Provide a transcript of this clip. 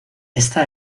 esta